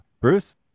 Bruce